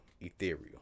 Ethereal